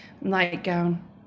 nightgown